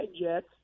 Jets